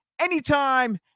anytime